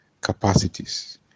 capacities